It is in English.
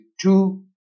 two